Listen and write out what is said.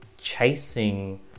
chasing